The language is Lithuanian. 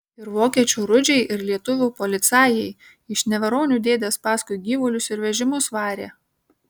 ir vokiečių rudžiai ir lietuvių policajai iš neveronių dėdės paskui gyvulius ir vežimus varė